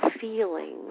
feeling